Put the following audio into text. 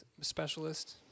specialist